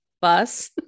bus